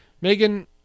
Megan